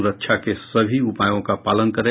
सुरक्षा के सभी उपायों का पालन करें